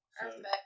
Perfect